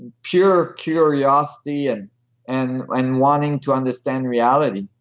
pure curiosity and and and wanting to understand reality.